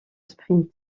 sprint